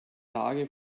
tage